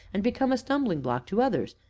and become a stumbling-block to others.